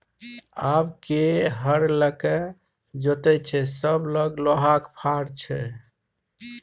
आब के हर लकए जोतैय छै सभ लग लोहाक फार छै